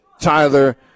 Tyler